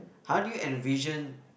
how do you envision